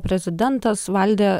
prezidentas valdė